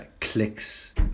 clicks